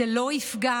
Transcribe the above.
זה לא יפגע,